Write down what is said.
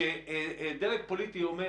וכשדרג פוליטי אומר,